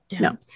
no